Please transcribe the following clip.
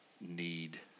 need